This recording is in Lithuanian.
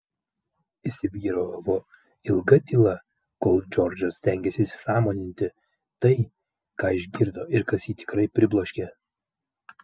įsivyravo ilga tyla kol džordžas stengėsi įsisąmoninti tai ką išgirdo ir kas jį tikrai pribloškė